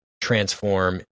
transform